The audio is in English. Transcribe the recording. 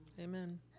Amen